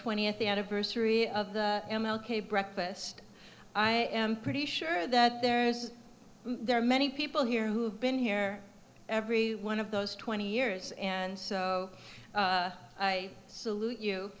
twentieth anniversary of the m l k breakfast i am pretty sure that there is there are many people here who have been here every one of those twenty years and so i salute you